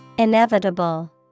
Inevitable